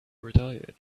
retaliate